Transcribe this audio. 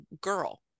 girl